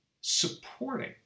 supporting